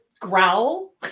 Growl